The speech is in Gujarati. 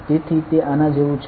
તેથી તે આના જેવું છે